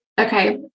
okay